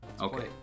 Okay